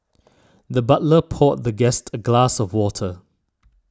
the butler poured the guest a glass of water